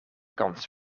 kans